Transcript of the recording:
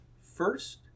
first